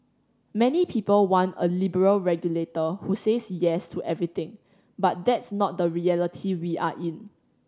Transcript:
many people want a liberal regulator who says Yes to everything but that's not the reality we are in